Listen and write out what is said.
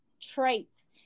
traits